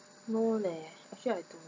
no leh actually I don't